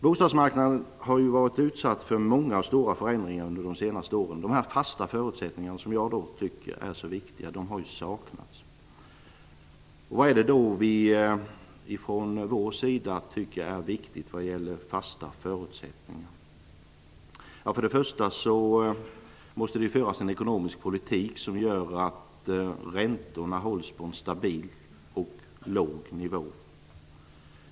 Bostadsmarknaden har varit utsatt för många och stora förändringar under de senaste åren. De fasta förutsättningar som jag tycker är så viktiga har saknats. Vad är det då vi från vår sida tycker är viktigt vad gäller fasta förutsättningar? Det måste föras en ekonomisk politik som gör att räntorna hålls på en stabil och låg nivå.